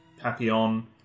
Papillon